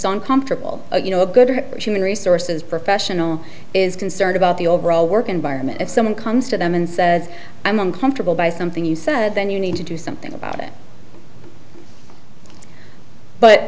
uncomfortable you know a good human resources professional is concerned about the overall work environment if someone comes to them and says i'm uncomfortable by something you said then you need to do something about it but